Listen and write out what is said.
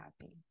happy